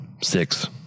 six